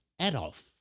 Adolf